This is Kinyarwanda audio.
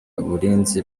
uburinzi